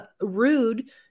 rude